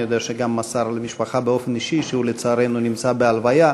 אני יודע שגם מסר למשפחה באופן אישי שהוא לצערנו נמצא בהלוויה,